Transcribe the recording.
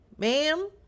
Ma'am